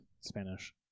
Spanish